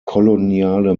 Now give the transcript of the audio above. koloniale